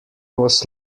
was